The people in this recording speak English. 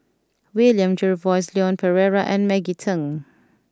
William Jervois Leon Perera and Maggie Teng